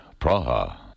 Praha